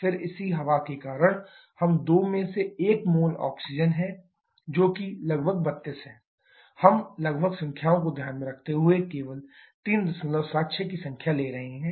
फिर इसी हवा के कारण हम 2 में 1 मोल आक्सीजन है जो कि लगभग 32 है हम लगभग संख्याओं को ध्यान में रखते हुए केवल 376 की संख्या ले रहे हैं